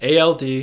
ALD